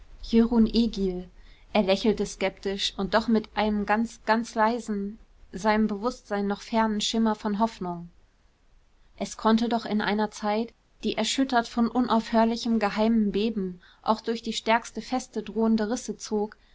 er lächelte skeptisch und doch mit einem ganz ganz leisen seinem bewußtsein noch fernen schimmer von hoffnung es konnte doch in einer zeit die erschüttert von unaufhörlichem geheimem beben auch durch die stärkste feste drohende risse zog